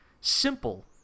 simple